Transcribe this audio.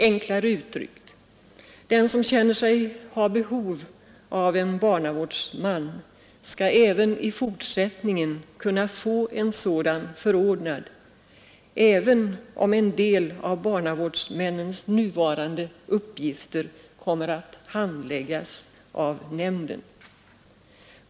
Enklare uttryckt: Den som känner sig ha behov av en barnavårdsman skall även i fortsättningen kunna få en sådan förordnad, även om en del av barnavårdsmännens nuvarande uppgifter kommer att handläggas av nämnden.